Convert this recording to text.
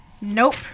nope